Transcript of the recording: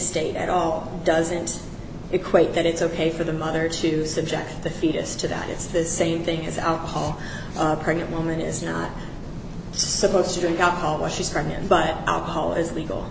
state at all doesn't equate that it's ok for the mother to subject the fetus to that it's the same thing as alcohol a pregnant woman is not supposed to drink alcohol where she's pregnant but alcohol is legal